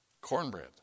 cornbread